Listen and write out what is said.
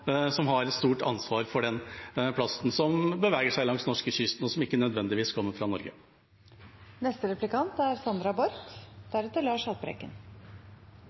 som har et stort ansvar for den plasten som beveger seg langs norskekysten, og som ikke nødvendigvis kommer